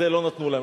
את זה לא נתנו להם.